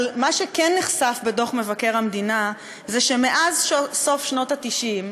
אבל מה שכן נחשף בדוח מבקר המדינה זה שמאז סוף שנות ה-90,